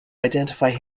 identify